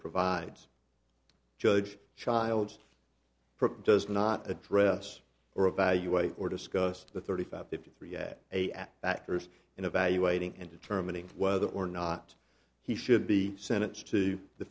provides judge childs does not address or evaluate or discuss the thirty five fifty three yet a at factors in evaluating and determining whether or not he should be sentenced to the